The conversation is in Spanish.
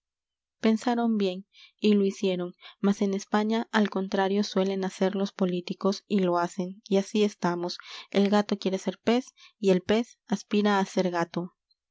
pensaron bien y lo hicieron mas en españa al contrario suelen hacer los políticos y lo hacen y asi estamos el gato quiere ser pez y el pez aspira á ser gato